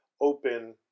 open